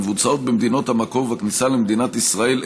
הנעשות במדינות המקור ובכניסה למדינת ישראל,